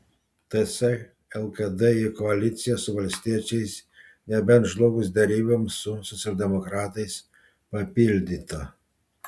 ts lkd į koaliciją su valstiečiais nebent žlugus deryboms su socialdemokratais papildyta